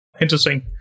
Interesting